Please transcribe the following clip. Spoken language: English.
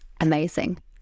amazing